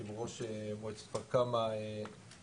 יושב ראש מועצת כפר כמא זכריא.